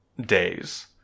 days